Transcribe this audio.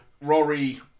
Rory